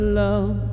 love